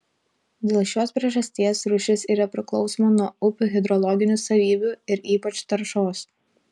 dėl šios priežasties rūšis yra priklausoma nuo upių hidrologinių savybių ir ypač taršos